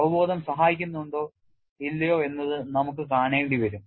അവബോധം സഹായിക്കുന്നുണ്ടോ ഇല്ലയോ എന്നത് നമുക്ക് കാണേണ്ടി വരും